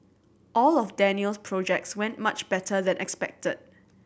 all of Daniel's projects went much better than expected